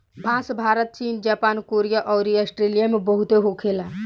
बांस भारत चीन Japan Korea अउर आस्ट्रेलिया में बहुते होखे ला